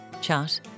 chat